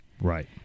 Right